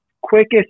quickest